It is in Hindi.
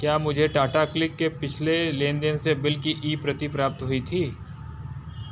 क्या मुझे टाटा क्लिक के पिछले लेन देन से बिल की ई प्रति प्राप्त हुई थी